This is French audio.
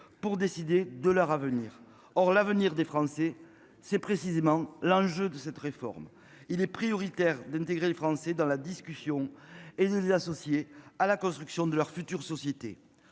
pour décider de leur avenir. Or, l'avenir des Français. C'est précisément l'enjeu de cette réforme, il est prioritaire d'intégrer le français dans la discussion et associer à la construction de leur future société